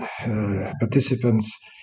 participants